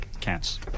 Cats